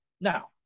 Now